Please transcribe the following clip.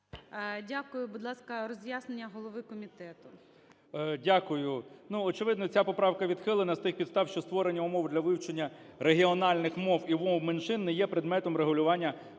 Дякую. Будь ласка, роз'яснення голови комітету.